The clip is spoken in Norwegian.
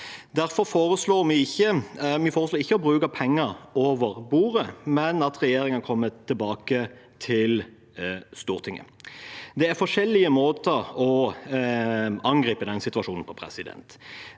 Derfor foreslår vi ikke å bruke penger over bordet, men at regjeringen kommer tilbake til Stortinget. Det er forskjellige måter å angripe denne situasjonen på, men